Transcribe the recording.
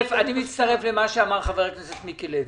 מצטרף למה שאמר חבר הכנסת מיקי לוי.